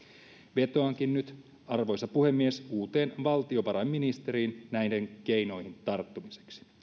vetoankin nyt arvoisa puhemies uuteen valtiovarainministeriin näihin keinoihin tarttumiseksi